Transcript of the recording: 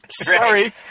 sorry